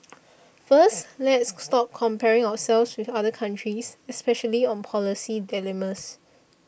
first let's stop comparing ourselves with other countries especially on policy dilemmas